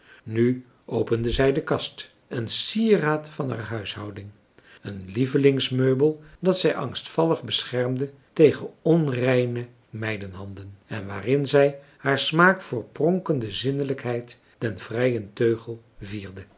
nu opende zij de kast een sieraad van haar huishouding een lievelingsmeubel dat zij angstvallig beschermde tegen onreine meidenhanden en waarin zij haar smaak voor pronkende zindelijkheid den vrijen teugel vierde